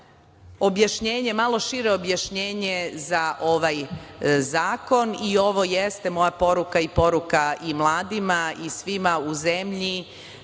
objašnjenje, malo šire objašnjenje, za ovaj zakon i ovo jeste moja poruka i poruka i mladima i svima u zemlji